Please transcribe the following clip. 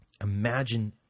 Imagine